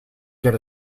get